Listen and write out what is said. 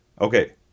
Okay